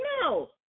No